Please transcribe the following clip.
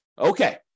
Okay